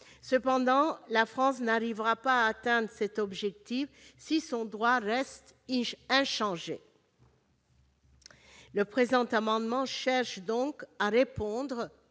Cependant, la France n'arrivera pas à atteindre cet objectif si son droit reste inchangé. Le présent amendement tend donc à répondre